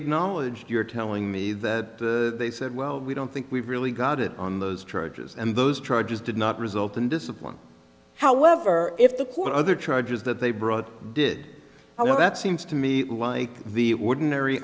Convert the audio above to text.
acknowledged you're telling me that they said well we don't think we've really got it on those charges and those charges did not result in discipline however if the court other charges that they brought did i mean that seems to me like the ordinary